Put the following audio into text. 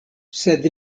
sed